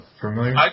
familiar